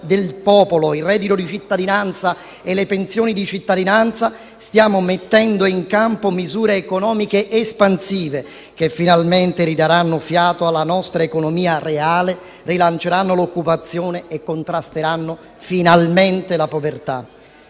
il reddito e le pensioni di cittadinanza stiamo mettendo in campo misure economiche espansive che finalmente ridaranno fiato alla nostra economia reale, rilanceranno l'occupazione e contrasteranno la povertà.